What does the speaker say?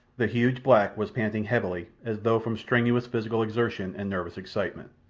the huge black was panting heavily as though from strenuous physical exertion and nervous excitement.